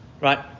Right